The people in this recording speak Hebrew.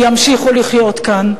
ימשיכו לחיות כאן.